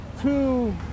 two